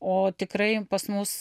o tikrai pas mus